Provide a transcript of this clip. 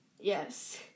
Yes